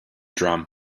drum